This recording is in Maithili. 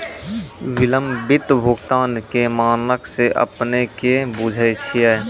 विलंबित भुगतान के मानक से अपने कि बुझै छिए?